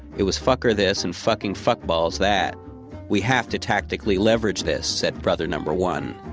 it was fucker this and fucking fuck-balls that we have to tactically leverage this, said brother number one.